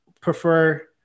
prefer